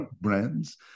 brands